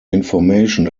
information